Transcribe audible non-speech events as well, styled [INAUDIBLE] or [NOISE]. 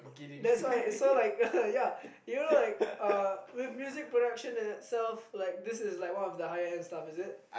that's why it's so like [LAUGHS] ya you know like uh with music production in itself like this is like one of the higher end stuff is it